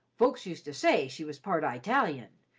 folks used to say she was part i tali-un,